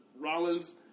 Rollins